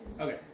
Okay